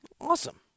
Awesome